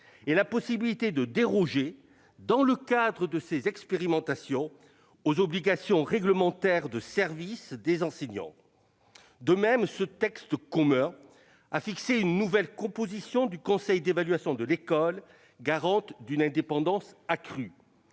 et la possibilité de déroger, dans le cadre de ces expérimentations, aux obligations réglementaires de service des enseignants. Deuxièmement, a été fixée une nouvelle composition du Conseil d'évaluation de l'école, garante d'une indépendance accrue.